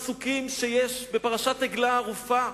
אני שואל את עצמי את אותם פסוקים בפרשת עגלה ערופה,